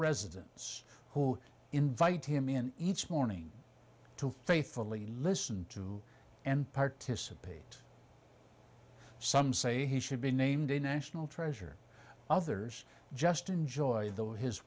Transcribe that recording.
residents who invite him in each morning to faithfully listen to and participate some say he should be named a national treasure others just enjoy